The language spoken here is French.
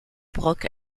broc